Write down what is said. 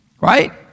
Right